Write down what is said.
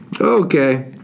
Okay